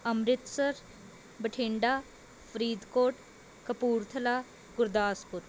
Amritsar Bathinda Faridkot Kapurthala Gurdaspur